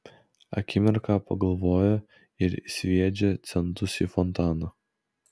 akimirką pagalvoja ir sviedžia centus į fontaną